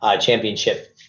championship